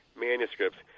manuscripts